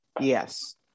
Yes